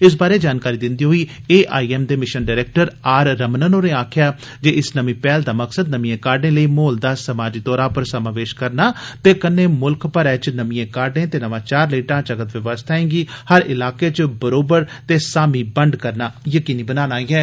इस बारै जानकारी दिंदे होई 'एम' दे मिशन डरैक्टर आर रमणन होरें आक्खेआ जे इस नमीं पैहल दा मकसद नमिएं काह्ड्रें लेई माहौल दा समाजी तौर पर समावेश करना ते कन्नै मुल्ख मरै च नमिए काहड़ें ते नवाचार लेई ढांचागत व्यवस्थाएं दी हर इलाके च बरोबर ते सामी बंड गी यकीनी बनाना ऐ